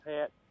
hat